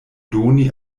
doni